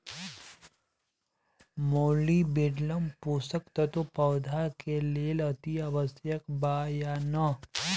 Molybdenum पोषक तत्व पौधा के लेल अतिआवश्यक बा या न?